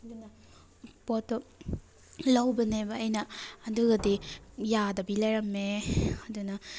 ꯑꯗꯨꯅ ꯄꯣꯠꯇꯣ ꯂꯧꯕꯅꯦꯕ ꯑꯩꯅ ꯑꯗꯨꯒꯗꯤ ꯌꯥꯗꯕꯤ ꯂꯩꯔꯝꯃꯦ ꯑꯗꯨꯅ